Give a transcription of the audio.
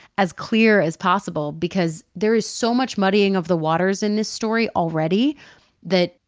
as clear as possible. because there is so much muddying of the waters in this story already that,